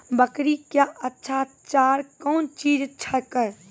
बकरी क्या अच्छा चार कौन चीज छै के?